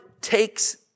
takes